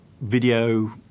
video